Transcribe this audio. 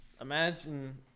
Imagine